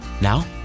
Now